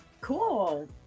cool